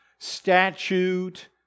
statute